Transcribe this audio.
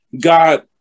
God